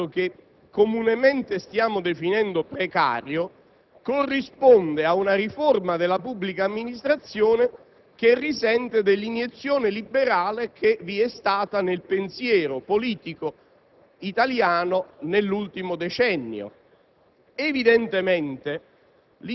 Quindi, il tipo di contratto comunemente definito precario corrisponde ad una riforma della pubblica amministrazione, che risente dell'iniezione liberale intervenuta nel pensiero politico italiano nell'ultimo decennio.